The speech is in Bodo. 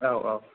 औ औ